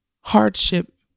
hardship